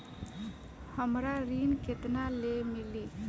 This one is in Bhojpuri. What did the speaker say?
हमरा ऋण केतना ले मिली?